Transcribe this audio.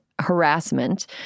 harassment